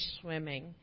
swimming